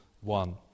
one